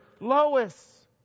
Lois